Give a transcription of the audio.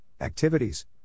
activities